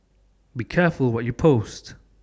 be careful what you post